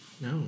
No